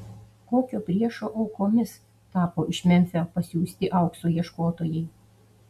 kokio priešo aukomis tapo iš memfio pasiųsti aukso ieškotojai